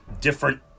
different